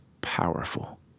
powerful